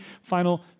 final